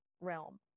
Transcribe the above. realm